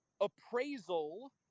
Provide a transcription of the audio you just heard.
appraisal